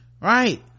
Right